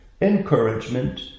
encouragement